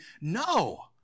No